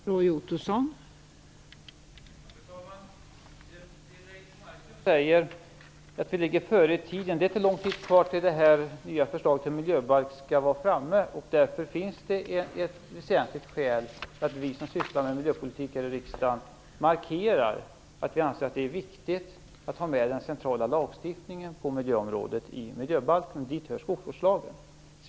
Fru talman! Leif Marklund säger att vi ligger före i tiden. Det är inte lång tid kvar tills det här nya förslaget till miljöbalk skall vara klart. Därför finns det ett väsentligt skäl för oss som sysslar med miljöpolitik här i riksdagen att markera att vi anser att det är viktigt att ha med den centrala lagstiftningen på miljöområdet i miljöbalken, och dit hör skogsvårdslagen.